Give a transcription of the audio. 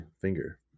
finger